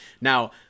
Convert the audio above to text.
Now